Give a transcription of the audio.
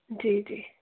जी जी